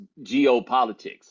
geopolitics